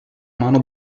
mano